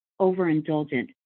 overindulgent